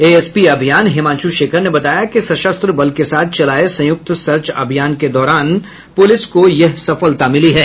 ASP अभियान हिमांशु शेखर ने बताया कि सशस्त्र बल के साथ चलाये संयुक्त सर्च अभियान के दौरान पुलिस को यह सफलता मिली है